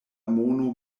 mono